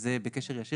וזה בקשר ישיר,